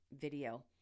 video